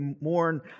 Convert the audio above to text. mourn